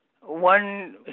One